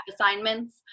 assignments